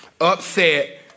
Upset